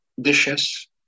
dishes